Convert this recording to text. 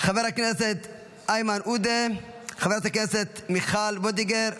חבר הכנסת איימן עודה, חברת הכנסת מיכל וולדיגר,